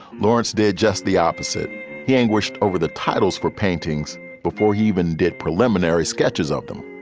lawrence did just the opposite he anguished over the titles for paintings before he even did preliminary sketches of them.